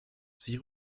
sie